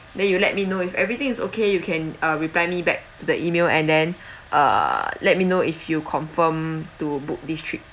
then you let me know if everything is okay you can uh reply me back to the email and then uh let me know if you confirm to book this trip